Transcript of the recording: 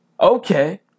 Okay